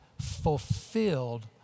fulfilled